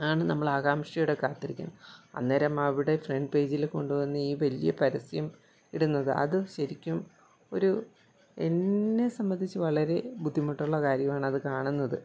ആണ് നമ്മൾ ആകാംക്ഷയോടെ കാത്തിരിക്കുന്നത് അന്നേരം അവിടെ ഫ്രണ്ട് പേജിൽ കൊണ്ടു വന്ന് ഈ വലിയ പരസ്യം ഇടുന്നത് അതു ശരിക്കും ഒരു എന്നെ സംബന്ധിച്ച് വളരെ ബുദ്ധിമുട്ടുള്ള കാര്യമാണ് അത് കാണുന്നത്